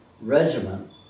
regiment